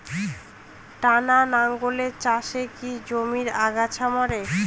টানা লাঙ্গলের চাষে কি জমির আগাছা মরে?